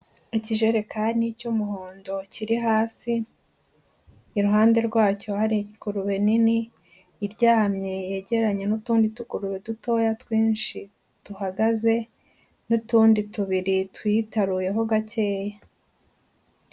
Ikijerekani cy'umuhondo kiri hasi, iruhande rwacyo hari ingurube nini iryamye yegeranye n'utundi tugurube dutoya twinshi duhagaze, n'utundi tubiri tuyitaruyeho gakeya.